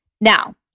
now